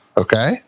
Okay